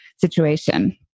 situation